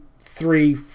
three